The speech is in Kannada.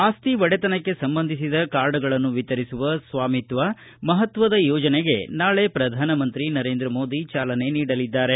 ಆಸ್ತಿ ಒಡೆತನಕ್ಕೆ ಸಂಬಂಧಿಸಿದ ಕಾರ್ಡ್ಗಳನ್ನು ವಿತರಿಸುವ ಸ್ವಾಮಿತ್ವ ಮಹತ್ವದ ಯೋಜನೆಗೆ ನಾಳೆ ಪ್ರಧಾನ ಮಂತ್ರಿ ನರೇಂದ್ರ ಮೋದಿ ಚಾಲನೆ ನೀಡಲಿದ್ದಾರೆ